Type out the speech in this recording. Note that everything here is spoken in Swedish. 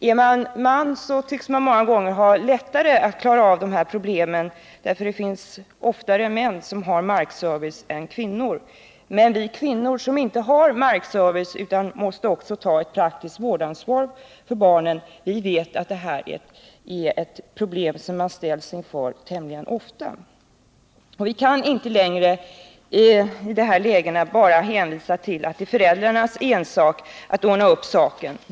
En manlig ledamot tycks många gånger ha lättare att klara av dessa problem. De som har markservice är i de flesta fall män. Men vi kvinnor som inte har markservice utan också måste ta ett delat praktiskt vårdansvar för barnen vet att det här är ett problem som man tämligen ofta ställs inför. Vi kan inte längre i de här lägena bara hänvisa till att det är föräldrarnas ensak att ordna passningen.